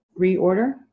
reorder